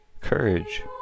courage